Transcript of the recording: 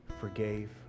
forgave